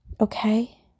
Okay